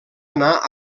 anar